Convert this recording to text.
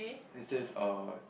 this says uh